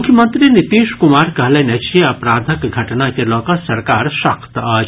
मुख्यमंत्री नीतीश कुमार कहलनि अछि जे अपराधक घटना के लऽकऽ सरकार सख्त अछि